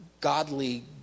godly